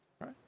Right